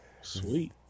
Sweet